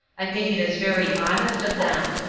i think it is very honest of them.